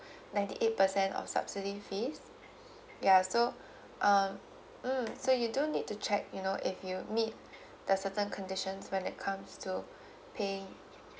ninety eight percent of subsidy fees ya so um mm so you do need to check you know if you meet the certain conditions when it comes to pay